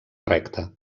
recta